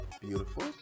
Beautiful